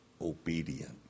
obedient